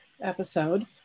episode